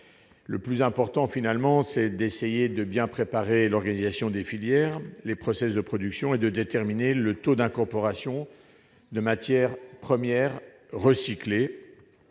des marchés. Au final, il est essentiel de bien préparer l'organisation des filières, les process de production et de déterminer le taux d'incorporation de matières premières recyclées